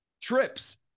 Trips